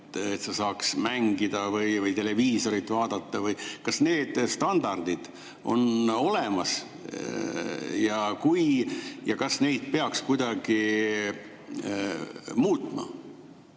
et sa saaksid mängida või televiisorit vaadata? Kas need standardid on olemas ja kas neid peaks kuidagi muutma,